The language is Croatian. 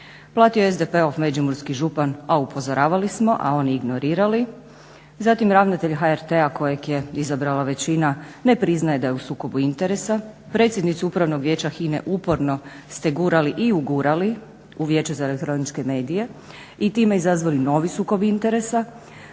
platio je SDP-ov međimurski župan, a upozoravali smo, a oni ignorirali. Zatim ravnatelj HRT-a kojeg je izabrala većina ne priznaje da je u sukobu interesa. Predsjednicu Upravnog vijeća HINA-e uporno ste gurali i ugurali u Vijeće za elektroničke medije i time izazvali novi sukob interesa,